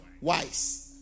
wise